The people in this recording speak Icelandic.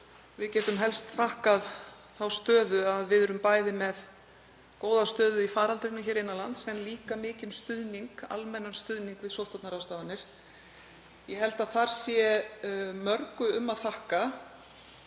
við getum helst þakkað að við erum bæði með góða stöðu í faraldrinum hér innan lands og líka mikinn almennan stuðning við sóttvarnaráðstafanir. Ég held að þar sé mörgu fyrir að þakka